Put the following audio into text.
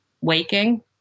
waking